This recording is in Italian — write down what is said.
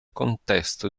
contesto